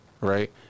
right